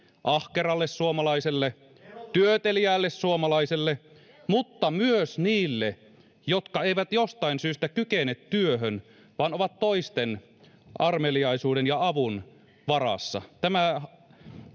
ahkeralle suomalaiselle työteliäälle suomalaiselle mutta myös niille jotka eivät jostain syystä kykene työhön vaan ovat toisten armeliaisuuden ja avun varassa tämä